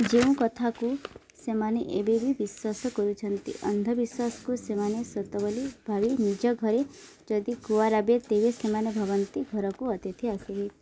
ଯେଉଁ କଥାକୁ ସେମାନେ ଏବେବି ବିଶ୍ୱାସ କରୁଛନ୍ତି ଅନ୍ଧବିଶ୍ୱାସକୁ ସେମାନେ ସତ ବୋଲି ଭାବି ନିଜ ଘରେ ଯଦି କୁଆ ରାବେ ତେବେ ସେମାନେ ଭାବନ୍ତି ଘରକୁ ଅତିଥି ଆସିବି